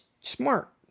smart